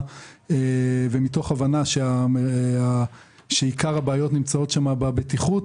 וההבנה שעיקר הבעיות נמצאות שם בבטיחות,